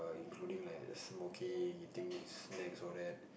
including like the smoking eating snacks all that